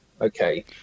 Okay